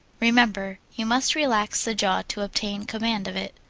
remember, you must relax the jaw to obtain command of it.